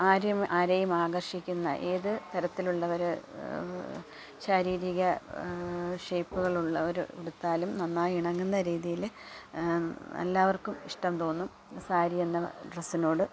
ആര് ആരെയും ആകർഷിക്കുന്ന ഏത് തരത്തിലുള്ളവര് ശാരീരിക ഷെയ്പുകൾ ഉള്ളവര് ഉടുത്താലും നന്നായി ഇണങ്ങുന്ന രീതിയില് എല്ലാവർക്കും ഇഷ്ടം തോന്നും സാരി എന്ന ഡ്രസ്സിനോട്